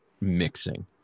mixing